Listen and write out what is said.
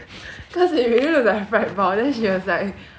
because it really looks like fried 包 then she was like err